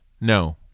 No